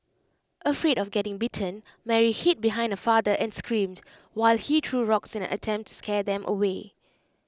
afraid of getting bitten Mary hid behind her father and screamed while he threw rocks in an attempt scare them away